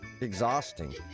exhausting